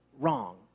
wrong